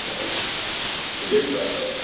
हा गिफ़्ट आहे त